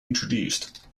introduced